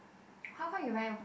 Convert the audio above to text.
how come you will